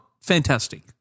fantastic